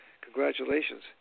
Congratulations